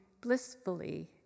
blissfully